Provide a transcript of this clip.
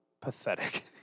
pathetic